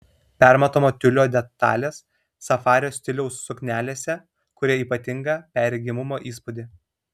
permatomo tiulio detalės safario stiliaus suknelėse kuria ypatingą perregimumo įspūdį